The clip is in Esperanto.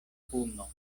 puno